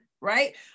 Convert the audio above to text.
Right